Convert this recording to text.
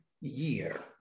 year